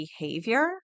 behavior